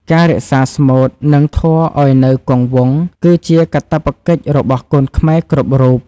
ការរក្សាស្មូត និងធម៌ឱ្យនៅគង់វង្ស គឺជាកាតព្វកិច្ចរបស់កូនខ្មែរគ្រប់រូប។